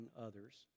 others